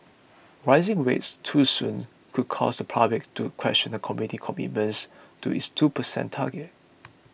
raising rates too soon could also cause the public to question the committee's commitments to its two percent target